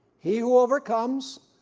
he who overcomes,